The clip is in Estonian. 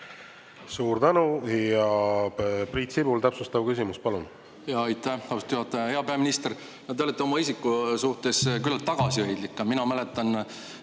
Suur tänu! Priit Sibul, täpsustav küsimus, palun!